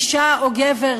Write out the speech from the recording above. אישה או גבר,